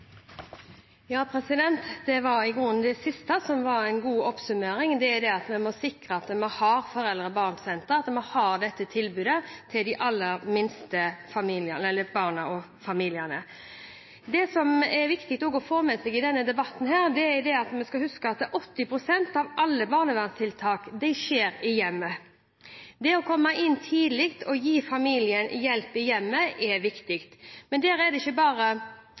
Det var i grunnen det siste som var en god oppsummering – at vi må sikre at vi har dette tilbudet med foreldre og barn-sentre til de aller minste barna og familiene. Det som også er viktig å få med seg i denne debatten – det skal vi huske på – er at 80 pst. av alle barnevernstiltak skjer i hjemmet. Det å komme inn tidlig og gi familien hjelp i hjemmet er viktig. Men der er det ikke bare